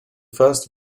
first